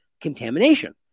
contamination